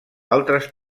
altres